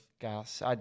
gas